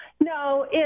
No